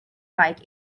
bike